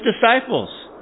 disciples